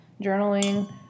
Journaling